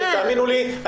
תאמינו לי,